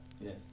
Yes